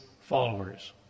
followers